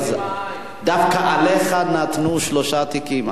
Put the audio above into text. דווקא עליך נתנו שלושה תיקים.